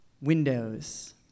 windows